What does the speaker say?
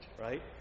right